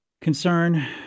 concern